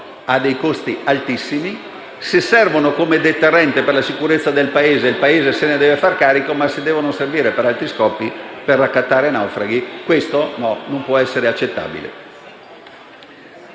ha dei costi altissimi. Se esse servono come deterrente per la sicurezza del Paese, il Paese se ne deve fare carico. Se devono servire, però, per altri scopi e per raccattare naufraghi, questo non può essere accettabile.